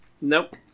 Nope